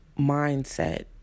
mindset